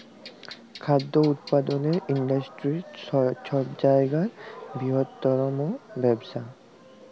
খাদ্য উৎপাদলের ইন্ডাস্টিরি ছব জায়গার বিরহত্তম ব্যবসা